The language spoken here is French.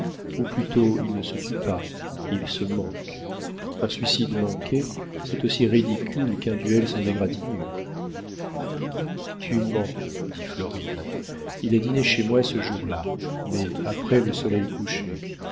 ou plutôt il ne se tue pas il se manque un suicide manqué c'est aussi ridicule qu'un duel sans égratignure tu mens dit florine il a dîné chez moi ce jour-là mais après le soleil couché